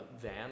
van